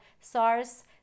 sars